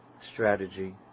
strategy